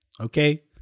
Okay